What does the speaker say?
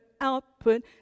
output